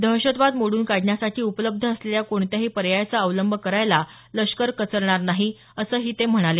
दहशतवाद मोडून काढण्यासाठी उपलब्ध असलेल्या कोणत्याही पर्यायाचा अवलंब करायला लष्कर कचरणार नाही असंही ते म्हणाले